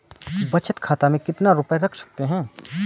बचत खाते में कितना रुपया रख सकते हैं?